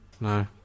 no